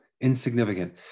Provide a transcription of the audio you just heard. Insignificant